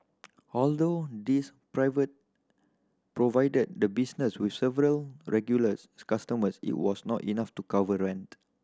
although these provided the business with several regulars customers it was not enough to cover rent